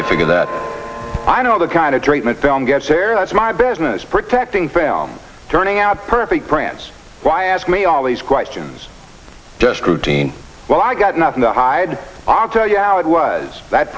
you figure that i know the kind of treatment film gets air that's my business protecting film turning out perfect france why ask me all these questions just routine well i've got nothing to hide i'll tell you how it was that